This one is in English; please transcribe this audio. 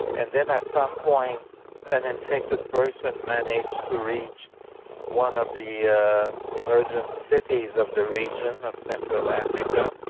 and then at some point an infected person managed to reach one of the emergent cities of the region, of central africa.